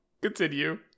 Continue